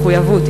מחויבות,